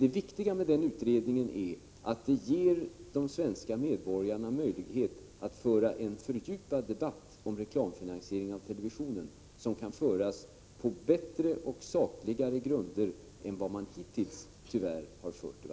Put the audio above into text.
Det viktiga med denna utredning är att de svenska medborgarna får möjlighet att föra en fördjupad debatt om reklamfinansiering av televisionen på bättre och sakligare grunder än debatten hittills tyvärr har förts.